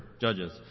Judges